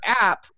app